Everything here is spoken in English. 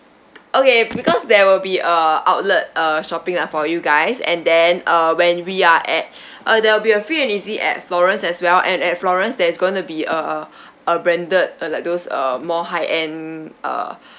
okay because there will be a outlet uh shopping lah for you guys and then uh when we are at uh there'll be a free and easy at florence as well and at florence there's going to be a a branded uh like those um more high end uh